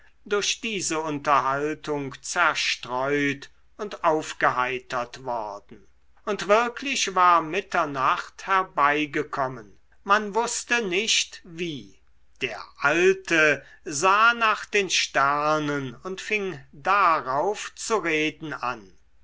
durch diese unterhaltung zerstreut und aufgeheitert worden und wirklich war mitternacht herbeigekommen man wußte nicht wie der alte sah nach den sternen und fing darauf zu reden an